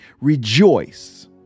rejoice